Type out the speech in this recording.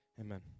Amen